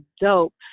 dope